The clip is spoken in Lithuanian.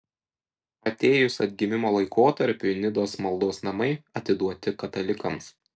atėjus atgimimo laikotarpiui nidos maldos namai atiduoti katalikams